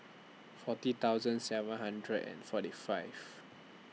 forty thousand seven hundred and forty five